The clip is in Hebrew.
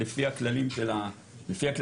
לפי הכללים של השב"ס,